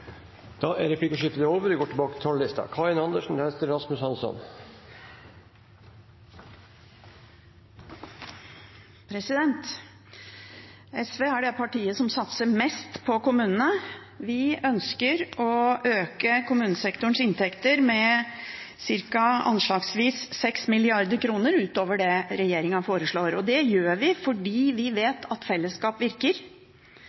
Replikkordskiftet er omme. SV er det partiet som satser mest på kommunene. Vi ønsker å øke kommunesektorens inntekter med anslagsvis 6 mrd. kr utover det regjeringen foreslår. Det gjør vi fordi vi vet at fellesskap virker.